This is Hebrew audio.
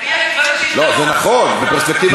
ב-1935,